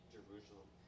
Jerusalem